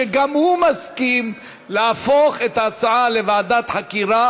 שגם הוא מסכים להפוך את ההצעה להקמת ועדת חקירה